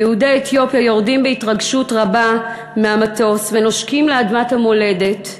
ויהודי אתיופיה יורדים בהתרגשות רבה מהמטוס ונושקים לאדמת המולדת,